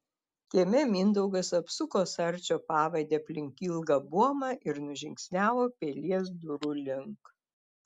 kieme mindaugas apsuko sarčio pavadį aplink ilgą buomą ir nužingsniavo pilies durų link